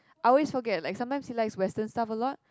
I always forget like sometimes he likes western stuff a lot